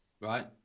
right